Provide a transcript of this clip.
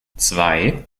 zwei